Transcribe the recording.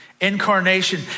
Incarnation